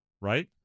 Right